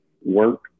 work